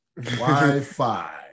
Wi-Fi